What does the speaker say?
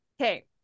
okay